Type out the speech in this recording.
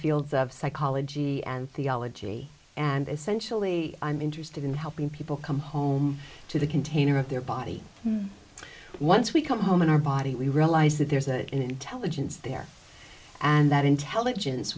fields of psychology and theology and essentially i'm interested in helping people come home to the container of their body once we come home in our body we realize that there's that intelligence there and that intelligence